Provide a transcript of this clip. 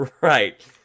right